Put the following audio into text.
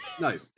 no